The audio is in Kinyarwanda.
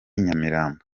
nyamirambo